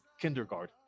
kindergarten